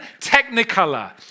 technicolor